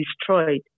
destroyed